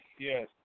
Yes